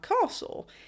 Castle